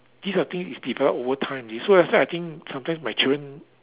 these are things is develop over time so that's why sometimes I think my children